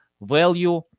value